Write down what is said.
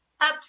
up